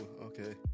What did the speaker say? okay